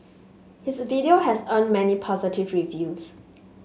his video has earned many positive reviews